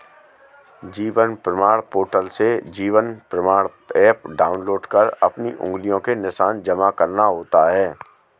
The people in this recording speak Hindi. जीवन प्रमाण पोर्टल से जीवन प्रमाण एप डाउनलोड कर अपनी उंगलियों के निशान जमा करना होता है